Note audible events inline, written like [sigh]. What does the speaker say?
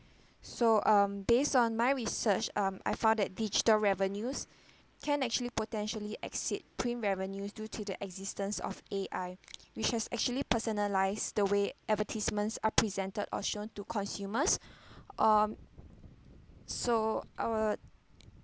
so um based on my research um I found that digital revenues can actually potentially exceed print revenues due to the existence of A_I which has actually personalised the way advertisements are presented or shown to consumers [breath] um so our